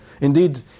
Indeed